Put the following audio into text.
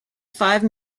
five